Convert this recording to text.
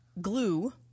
glue